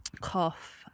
cough